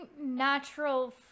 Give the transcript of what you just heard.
natural